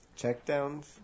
Checkdowns